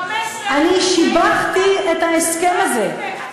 אני שיבחתי את ההסכם הזה.